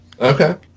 Okay